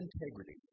integrity